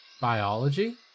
biology